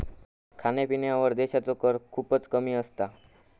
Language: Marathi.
खाण्यापिण्यावर देशाचो कर खूपच कमी असता